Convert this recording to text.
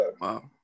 wow